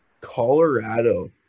Colorado –